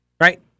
right